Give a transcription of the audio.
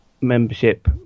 membership